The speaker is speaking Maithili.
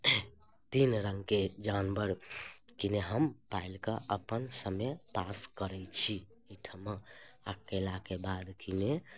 तीन रङ्गके जानवर किने हम पालि कऽ अपन हम समय पास करैत छी एहिठिमा आ कयलाके बाद किने